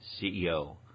CEO